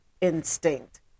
instinct